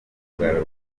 kugaruka